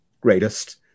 greatest